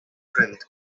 print